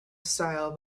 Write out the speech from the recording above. style